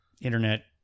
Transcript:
internet